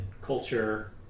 culture